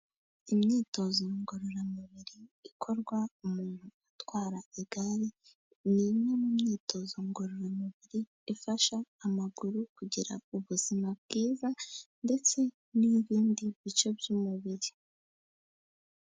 Imyitozo ngororamubiri ikorwa umuntu atwara igare, ni imwe mu myitozo ngororamubiri ifasha amaguru kugira ubuzima bwiza, ndetse n'ibindi bice by'umubiri.